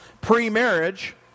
pre-marriage